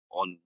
on